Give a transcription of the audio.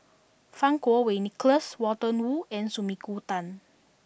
Fang Kuo Wei Nicholas Walter Woon and Sumiko Tan